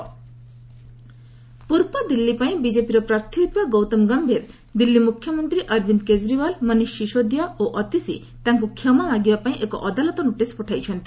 ଗମ୍ଭୀର ଅତିସ୍ ପୂର୍ବଦିଲ୍ଲୀ ପାଇଁ ବିଜେପିର ପ୍ରାର୍ଥୀ ହୋଇଥିବା ଗୌତମ ଗମ୍ଭୀର ଦିଲ୍ଲୀ ମୁଖ୍ୟମନ୍ତ୍ରୀ ଅରବିନ୍ଦ କେଜରିଓ୍ୱାଲ ମନିଷ୍ ସିସୋଦିଆ ଓ ଅତିସୀଙ୍କୁ କ୍ଷମା ମାଗିବାପାଇଁ ଏକ ଅଦାଲତ ନୋଟିସ୍ ପଠାଇଛନ୍ତି